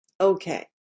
Okay